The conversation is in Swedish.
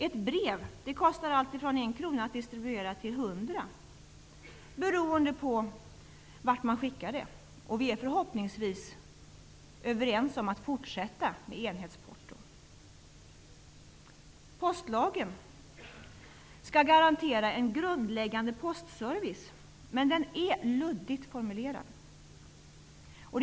Ett brev kostar allt från 1 kr att distribuera till 100 kr beroende på vart man skickar det. Vi är förhoppningsvis överens om att fortsätta med enhetsporto. Postlagen skall garantera en grundläggande postservice, men den är luddigt formulerad.